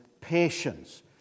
patience